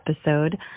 episode